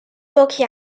pochi